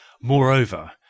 moreover